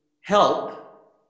help